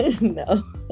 No